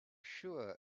sure